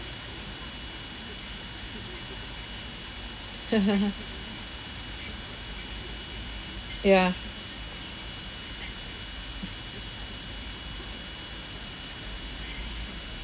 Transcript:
ya